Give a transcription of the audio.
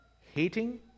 hating